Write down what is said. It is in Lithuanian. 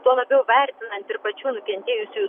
tuo labiau vertinant ir pačių nukentėjusiųjų